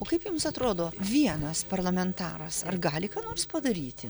o kaip jums atrodo vienas parlamentaras ar gali ką nors padaryti